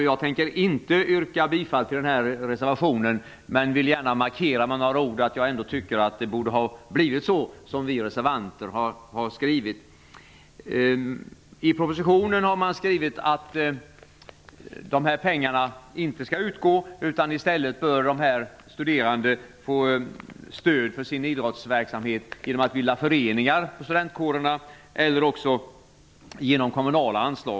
Jag tänker inte yrka bifall till reservationen, men jag vill gärna markera att jag tycker att det borde ha blivit så som vi reservanter skriver. I propositionen står det att de föreslagna pengarna inte skall utgå. I stället bör de studerande få stöd till sin idrottsverksamhet genom att bilda föreningar via studentkårerna eller genom kommunala anslag.